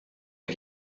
est